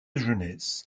jeunesse